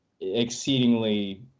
exceedingly